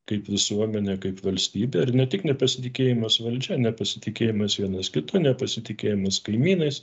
kaip visuomenę kaip valstybę ir ne tik nepasitikėjimas valdžia nepasitikėjimas vienas kitu nepasitikėjimas kaimynais